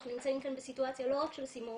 אנחנו נמצאים כאן בסיטואציה לא רק של סימום,